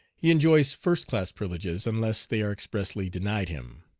he enjoys first-class privileges, unless they are expressly denied him.